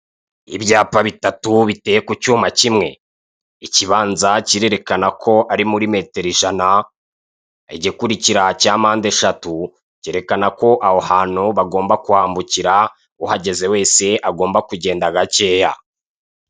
Ibyapa bitatu biteye ku cyuma kimwe, ikibanzs kirerekana ko ari metero ijana, igikurikira cya mpande eshatu kerekana ko aho hantu bagomba kuhambukira uhageze wese agomba kugenda gakeya.